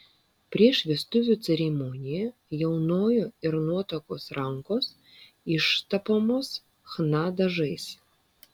prieš vestuvių ceremoniją jaunojo ir nuotakos rankos ištapomos chna dažais